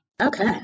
Okay